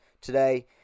today